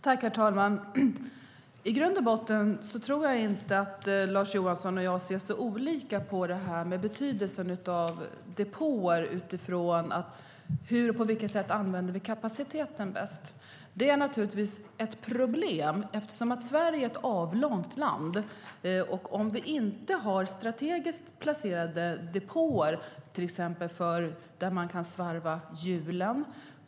Herr talman! I grund och botten tror jag inte att Lars Johansson och jag ser så olika på betydelsen av depåer, utifrån hur och på vilket sätt vi använder kapaciteten bäst. Det är naturligtvis ett problem, eftersom Sverige är ett avlångt land, om vi inte har strategiskt placerade depåer där man till exempel kan svarva hjulen.